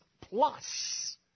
plus